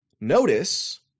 Notice